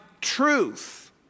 truth